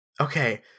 okay